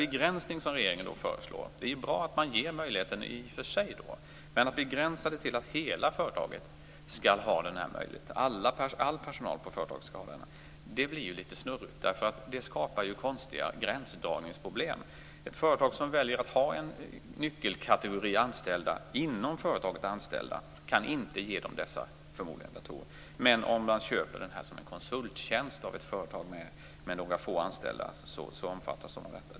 Det är bra att regeringen i och för sig ger möjligheten, men att föreslå en begränsning som innebär att hela företaget, all personal på företaget, skall ha denna möjlighet blir ju litet snurrigt. Det skapar konstiga gränsdragningsproblem. Ett företag som väljer att ha en nyckelkategori personer anställda inom företaget kan förmodligen inte ge dem dessa datorer. Men om man köper detta som en konsulttjänst av ett företag med några få anställda omfattas de av detta.